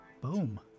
Boom